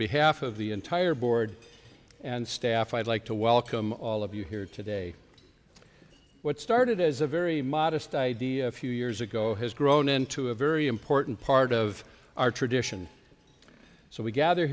behalf of the entire board and staff i'd like to welcome all of you here today what started as a very modest idea a few years ago has grown into a very important part of our tradition so we gather